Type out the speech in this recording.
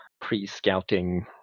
pre-scouting